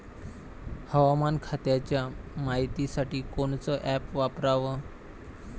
हवामान खात्याच्या मायतीसाठी कोनचं ॲप वापराव?